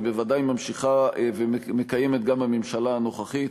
ובוודאי ממשיכה ומקיימת גם הממשלה הנוכחית,